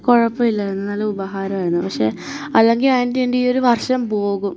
കുഴപ്പമില്ലായിരുന്നു നല്ല ഉപകാരമായിരുന്നു അല്ലെങ്കില് ആൻറ്റി എന്റെ ഈയൊരു വർഷം പോകും